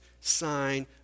sign